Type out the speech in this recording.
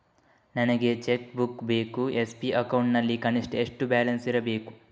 ನನಗೆ cheque book ಬೇಕು SB account ನಲ್ಲಿ ಕನಿಷ್ಠ ಎಷ್ಟು ಬ್ಯಾಲೆನ್ಸ್ ಇರಬೇಕು?